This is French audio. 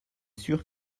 sûr